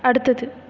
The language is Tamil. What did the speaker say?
அடுத்தது